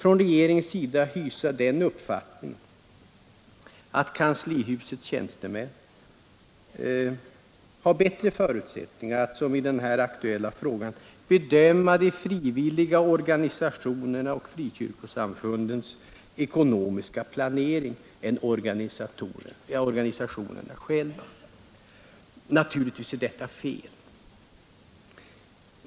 Regeringen tycks hysa den uppfattningen att kanslihusets tjänstemän har bättre förutsättningar att, som i den här aktuella frågan, bedöma de frivilliga organisationernas och frikyrkosamfundens ekonomiska planering än organisationerna själva. Naturligtvis är detta fel.